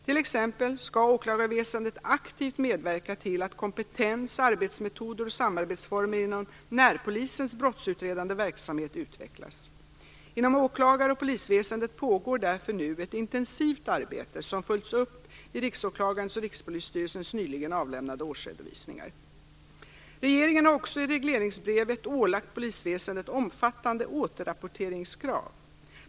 Åklagarväsendet skall t.ex. aktivt medverka till att kompetens, arbetsmetoder och samarbetsformer inom närpolisens brottsutredande verksamhet utvecklas. Inom åklagar och polisväsendet pågår därför nu ett intensivt arbete som följts upp i Regeringen har också i regleringsbrevet ålagt polisväsendet omfattande återrapporteringskrav.